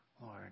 Lord